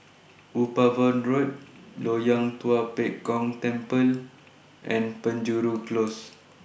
Upavon Road Loyang Tua Pek Kong Temple and Penjuru Close